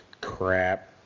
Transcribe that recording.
crap